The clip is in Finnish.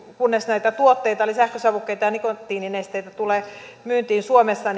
kunnes näitä tuotteita eli sähkösavukkeita ja nikotiininesteitä tulee myyntiin suomessa